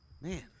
man